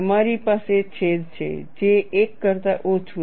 તમારી પાસે છેદ છે જે 1 કરતા ઓછું હશે